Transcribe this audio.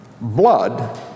blood